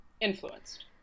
influenced